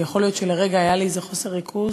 ויכול להיות שלרגע היה לי איזה חוסר ריכוז,